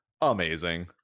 amazing